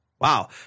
Wow